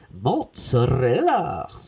Mozzarella